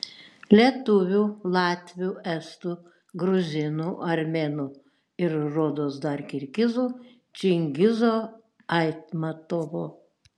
lietuvių latvių estų gruzinų armėnų ir rodos dar kirgizų čingizo aitmatovo